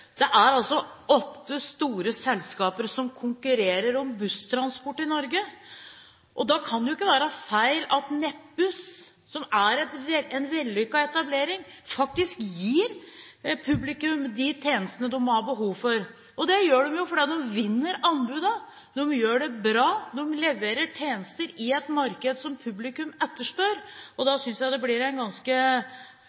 Det er åtte store selskaper som konkurrerer om busstransport i Norge. Da kan det jo ikke være feil at Nettbuss – som er en vellykket etablering – faktisk gir publikum de tjenestene de har behov for. Det gjør de fordi de vinner anbudene. De gjør det bra, de leverer tjenester i et marked som publikum etterspør.